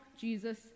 Jesus